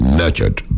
nurtured